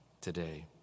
today